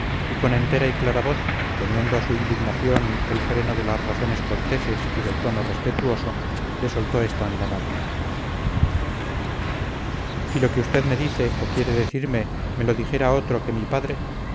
y con entera y clara voz poniendo a su indignación el freno de las razones corteses y del tono respetuoso le soltó esta andanada si lo que usted me dice o quiere decirme me lo dijera otro que mi padre